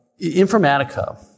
Informatica